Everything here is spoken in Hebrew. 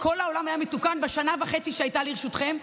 כולם טיפשים, כולם אידיוטים,